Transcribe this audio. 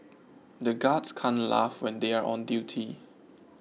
the guards can't laugh when they are on duty